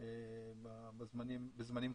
בזמנים קשים.